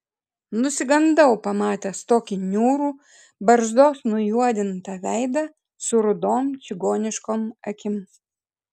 nusigandau pamatęs tokį niūrų barzdos nujuodintą veidą su rudom čigoniškom akim